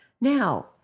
Now